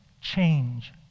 change